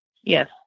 Yes